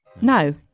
no